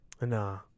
Nah